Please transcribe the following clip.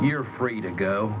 here free to go